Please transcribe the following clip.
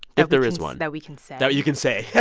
if there is one that we can say that you can say yeah